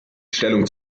stellung